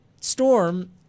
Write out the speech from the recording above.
Storm